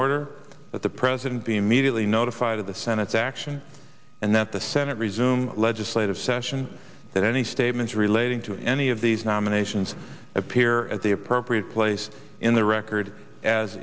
order that the president be immediately notified of the senate's action and that the senate resume legislative session that any statements relating to any of these nominations appear at the appropriate place in the record as